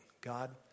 God